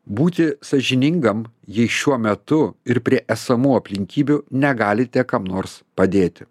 būti sąžiningam jei šiuo metu ir prie esamų aplinkybių negalite kam nors padėti